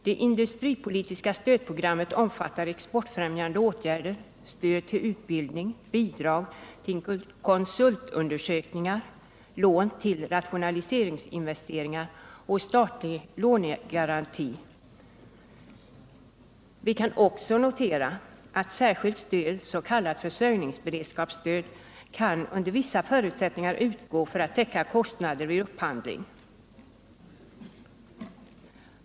Det industripolitiska stödprogrammet omfattar exportfrämjande åtgärder, stöd till utbildning, bidrag till konsultundersökningar, lån till rationaliseringsinvesteringar och statlig lånegaranti. Vi kan också notera att särskilt stöd, s.k. försörjningsberedskapsstöd, under vissa förutsättningar kan utgå för att täcka kostnader vid upphandling.